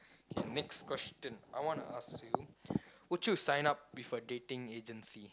K next question I wanna ask you would you sign up with a dating agency